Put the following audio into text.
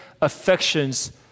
affections